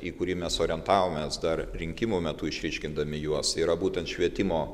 į kurį mes orientavomės dar rinkimų metu išryškindami juos yra būtent švietimo